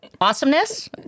awesomeness